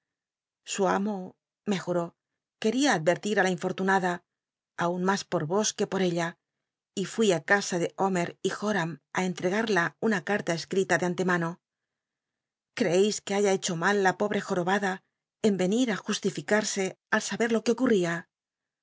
su amo me juó queda una pasion lcsg advetir i la infortunada aun mas po os que po am á en tregada ella y fui ü casa de omc y joram á entregarla una ca'la escrita de antemano crceis que haya hecho mal la pobre joobaua en cui ü justio al sabct lo que ociiitia